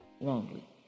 wrongly